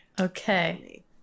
Okay